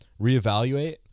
reevaluate